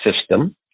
system